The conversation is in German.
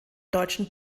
deutschen